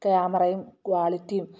ക്യാമറയും ക്വാളിറ്റിയും